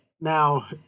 Now